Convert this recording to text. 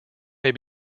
may